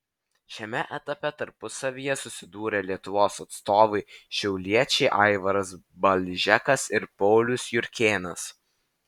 šiame etape tarpusavyje susidūrė lietuvos atstovai šiauliečiai aivaras balžekas ir paulius jurkėnas